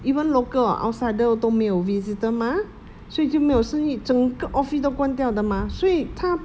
even local or outsider 都没有 visitor mah 所以就没有生意整个 office 都关掉的 mah 所以他